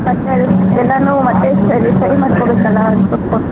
ಮತ್ತು ಎಲ್ಲ ಎಲ್ಲನೂ ಮತ್ತು ಸರಿ ಸರಿ ಮಾಡಿ ಕೊಡತಲ್ಲ ಸ್ವಲ್ಪ